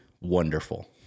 wonderful